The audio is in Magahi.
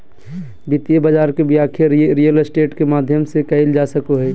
वित्तीय बाजार के व्याख्या रियल स्टेट के माध्यम से कईल जा सको हइ